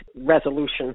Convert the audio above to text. resolution